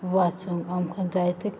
वाचून आमकां जायतें